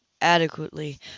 adequately